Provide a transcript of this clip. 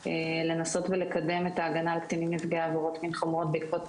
לנסות ולקדם את ההגנה על קטינים נפגעי עבירות מין חמורות בעקבות